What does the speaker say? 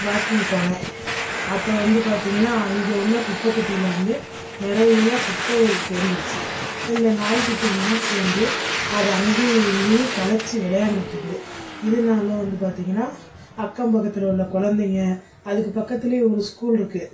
walking போனேன் அப்போ வந்து பார்த்தீங்கன்னா அங்கே உள்ள குப்பைத் தொட்டியில் வந்து நிறையா குப்பைகள் சேர்ந்துருச்சி இந்த நாய்க்குட்டிங்களெலாம் சேர்ந்து அதை அங்கேயும் இங்கேயும் கலைச்சி விளையாண்டுகிட்டிருக்கு இதனால வந்து பார்த்தீங்கன்னா அக்கம்பக்கத்தில் உள்ள கொழந்தைங்க அதுக்கு பக்கத்திலயே ஒரு ஸ்கூலிருக்கு